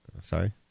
Sorry